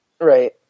Right